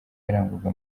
yarangwaga